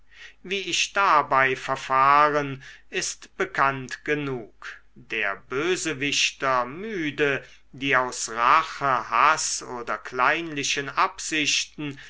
wie ich dabei verfahren ist bekannt genug der bösewichter müde die aus rache haß oder kleinlichen absichten